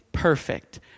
perfect